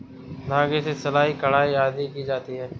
धागे से सिलाई, कढ़ाई आदि की जाती है